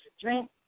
drink